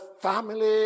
family